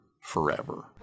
forever